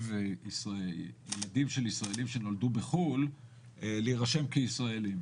מחייב ילדים של ישראלים שנולדו בחו"ל להירשם כישראלים,